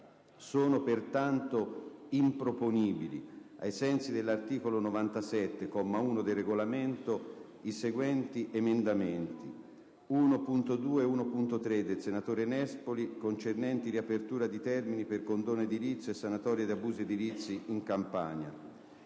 Sono dunque improponibili, ai sensi dell'articolo 97, comma 1, del Regolamento, i seguenti emendamenti: 1.2 e 1.3, del senatore Nespoli, concernenti riapertura di termini per condono edilizio e sanatoria di abusi edilizi in Campania;